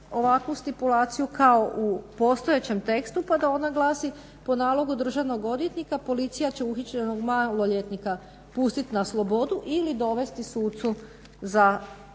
ovakvu stipulaciju kako u postojećem tekstu pa da ona glasi: "Po nalogu državnog odvjetnika policija će uhićenog maloljetnika pustit na slobodu ili dovesti sucu za mladež."